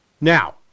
Now